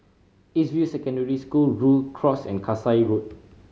East View Secondary School Rhu Cross and Kasai Road